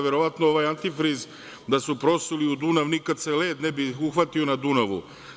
Verovatno ovaj antifriz da su prosuli u Dunas nikada se led ne bi uhvatio na Dunavu.